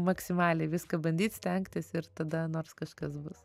maksimaliai viską bandyt stengtis ir tada nors kažkas bus